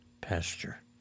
pasture